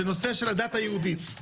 של הנושא של הדת היהודית,